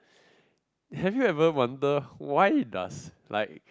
have you ever wonder why does like